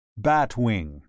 Batwing